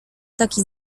taki